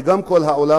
וגם כל העולם,